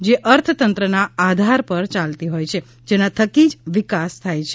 જે અર્થતંત્રના આધાર પર યાલતી હોય છે જેના થકી જ વિકાસ થાય છે